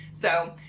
so.